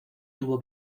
tuvo